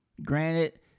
Granted